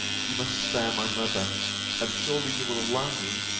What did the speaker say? you must spare my mother and, surely, you will allow me,